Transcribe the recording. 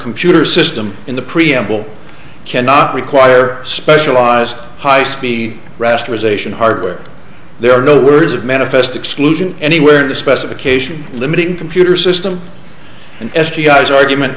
computer system in the preamble cannot require specialized high speed rasterization hardware there are no words of manifest exclusion anywhere in the specification limiting computer system s g i's argument